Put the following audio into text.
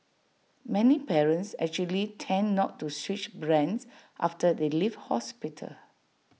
many parents actually tend not to switch brands after they leave hospital